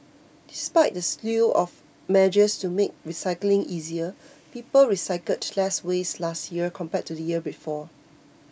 despite the slew of measures to make recycling easier people recycled less waste last year compared to the year before